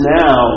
now